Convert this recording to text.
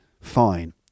Fine